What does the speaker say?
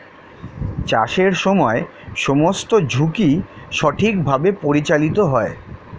চাষের সময় সমস্ত ঝুঁকি সঠিকভাবে পরিচালিত হয়